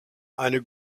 eine